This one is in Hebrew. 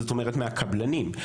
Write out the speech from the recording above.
מהקבלנים.